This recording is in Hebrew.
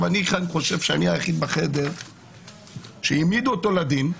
אני חושב שאני היחיד בחדר שהעמידו אותו לדין,